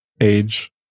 age